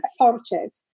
authoritative